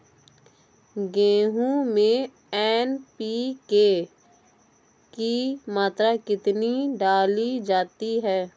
गेहूँ में एन.पी.के की मात्रा कितनी डाली जाती है?